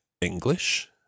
English